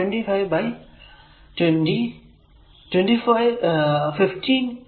അപ്പോൾ 15 20 ബൈ 6